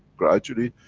gradually,